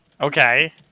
Okay